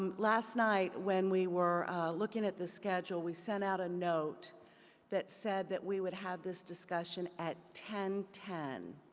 um lasts night when we were looking at the schedule, we sent out a note that said that we would have this discussion at ten ten.